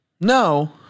No